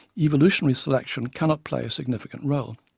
evolutionary selection cannot play a significant role,